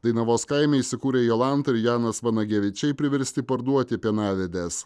dainavos kaime įsikūrę jolanta ir janas vanagevičiai priversti parduoti pienavedes